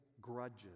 grudges